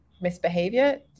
misbehavior